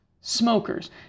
smokers